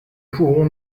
pourrons